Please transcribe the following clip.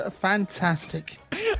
fantastic